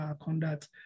conduct